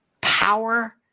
power